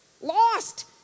Lost